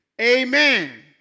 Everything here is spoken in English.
Amen